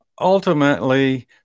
ultimately